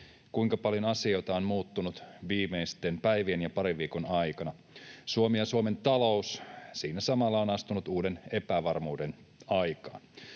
kuinka paljon asioita on muuttunut viimeisten päivien ja parin viikon aikana: Suomi — ja Suomen talous siinä samalla — on astunut uuden epävarmuuden aikaan.